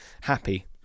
happy